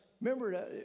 Remember